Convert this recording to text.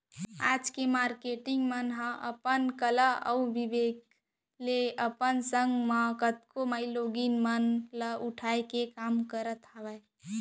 आज के मारकेटिंग मन ह अपन कला अउ बिबेक ले अपन संग म कतको माईलोगिन मन ल उठाय के काम करत हावय